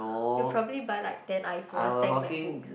you will probably buy like ten iPhones ten MacBooks uh